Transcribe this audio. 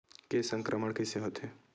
के संक्रमण कइसे होथे?